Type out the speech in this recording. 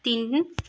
तिन